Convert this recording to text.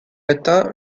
atteint